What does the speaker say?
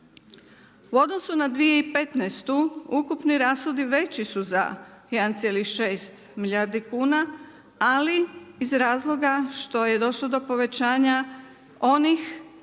U odnosu na 2015. ukupni rashodi veći su za 1,6 milijardi kuna, ali iz razloga što je došlo do povećanja onih